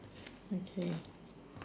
okay